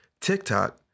TikTok